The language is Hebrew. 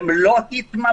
הן לא התממשו.